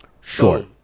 sure